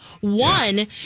One